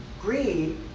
greed